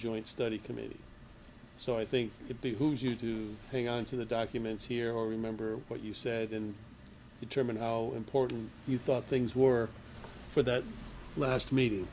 joint study committee so i think it behooves you to hang on to the documents here or remember what you said and determine how important you thought things were for that last me